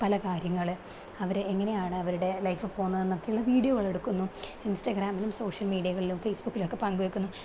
പലകാര്യങ്ങള് അവരെ എങ്ങനെയാണ് അവരുടെ ലൈഫ് പോകുന്നത് എന്നൊക്കെയുള്ള വീഡിയോകളെടുക്കുന്നു ഇൻസ്റ്റഗ്രാമിലും സോഷ്യൽ മീഡിയകളിലും ഫേസ്ബുക്കിലും ഒക്കെ പങ്കുവയ്ക്കുന്നു